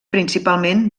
principalment